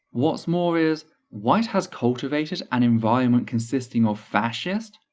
what's more is white has cultivated an environment consisting of fascists,